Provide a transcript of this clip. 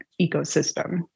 ecosystem